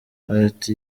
ati